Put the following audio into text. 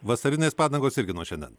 vasarinės padangos irgi nuo šiandien